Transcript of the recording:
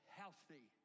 healthy